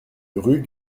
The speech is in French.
rue